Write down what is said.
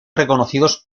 reconocidos